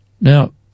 Now